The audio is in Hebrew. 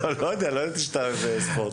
לא יודע לא ידעתי שאתה אוהב ספורט.